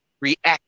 react